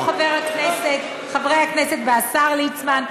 חברי הכנסת והשר ליצמן,